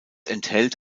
enthält